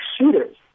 shooters